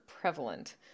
prevalent